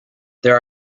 there